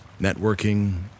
networking